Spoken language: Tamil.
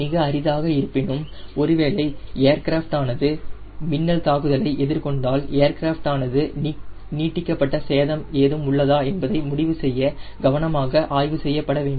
மிக அரிதாக இருப்பினும் ஒருவேளை ஏர்கிராஃப்ட் ஆனது மின்னல் தாக்குதலை எதிர்கொண்டால் ஏர்கிராஃப்ட் ஆனது நீட்டிக்கப்பட்ட சேதம் ஏதும் உள்ளதா என்பதை முடிவு செய்ய கவனமாக ஆய்வு செய்யப்பட வேண்டும்